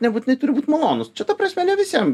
nebūtinai turi būt malonus čia ta prasme ne visiem